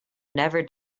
never